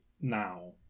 now